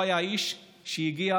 הוא היה האיש שהגיע,